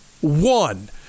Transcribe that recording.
One